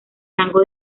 rango